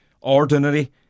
ordinary